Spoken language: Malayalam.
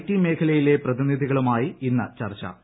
ടി മേഖലയില്ല് പ്രതിനിധികളുമായി ഇന്ന് ചർച്ചു